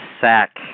sack